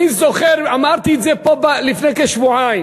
אני זוכר, אמרתי את זה לפני כשבועיים,